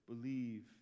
believe